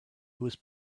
was